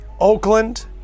Oakland